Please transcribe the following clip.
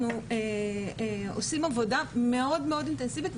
אנחנו עושים עבודה מאוד אינטנסיבית.